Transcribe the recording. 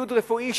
ציוד רפואי,